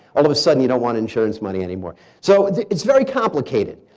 all of a sudden you don't want insurance money anymore. so it's very complicated.